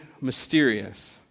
mysterious